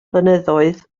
blynyddoedd